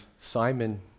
Simon